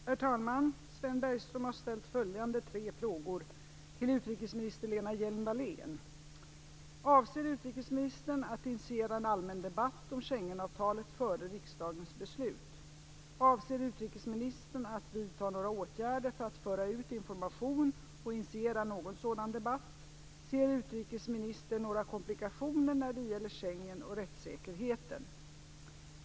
Herr talman! Sven Bergström har ställt följande tre frågor till utrikesminister Lena Hjelm-Wallén. 1. Avser utrikesministern att initiera en allmän debatt om Schengenavtalet före riksdagens beslut? 2. Avser utrikesministern att vidta några åtgärder för att föra ut information och initiera någon sådan debatt? 3. Ser utrikesministern några komplikationer när det gäller Schengen och rättssäkerheten?